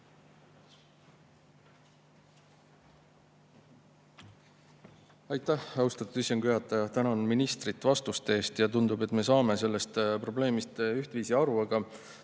Aitäh, austatud istungi juhataja! Tänan ministrit vastuste eest. Tundub, et me saame sellest probleemist ühtviisi aru, aga